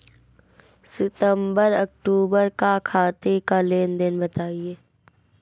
सितंबर अक्तूबर का खाते का लेनदेन बताएं